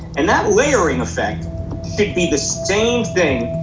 and, that layer effect should be the same thing,